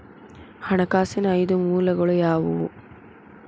ಹಣಕಾಸಿನ ಐದು ಮೂಲಗಳು ಯಾವುವು?